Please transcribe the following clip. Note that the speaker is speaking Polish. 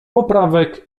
poprawek